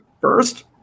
First